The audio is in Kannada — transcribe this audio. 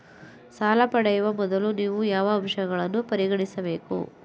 ಸಾಲ ಪಡೆಯುವ ಮೊದಲು ನೀವು ಯಾವ ಅಂಶಗಳನ್ನು ಪರಿಗಣಿಸಬೇಕು?